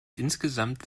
insgesamt